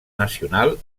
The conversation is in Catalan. nacional